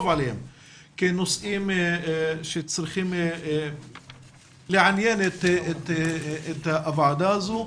עליו כנושא שצריך לעניין את הוועדה הזאת,